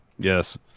Yes